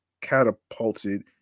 catapulted